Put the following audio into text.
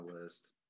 list